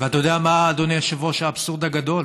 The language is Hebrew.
יודע מה, אדוני היושב-ראש, האבסורד הגדול?